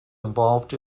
involved